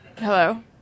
hello